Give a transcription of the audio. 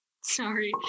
sorry